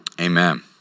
Amen